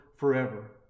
forever